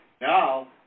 Now